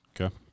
Okay